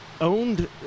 owned